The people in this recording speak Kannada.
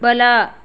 ಬಲ